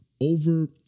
over